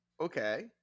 okay